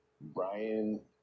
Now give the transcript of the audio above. Brian